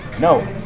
no